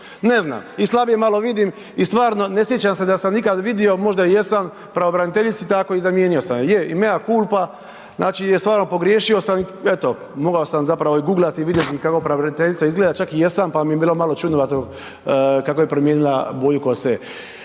Ne znam, i slabije malo vidim i stvarno ne sjećam se da sam ikada vidio, možda i jesam pravobraniteljicu i tako zamijenio sam je. Je i mea culpa, pogriješio sam i mogao sam zapravo guglati i vidjeti kako pravobraniteljica izgleda, čak i jesam pa mi je bilo malo čudnovato kako je promijenila boju kose.